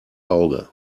auge